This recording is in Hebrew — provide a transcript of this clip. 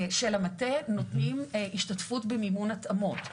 של המטה, נותנים השתתפות במימון התאמות.